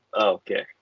Okay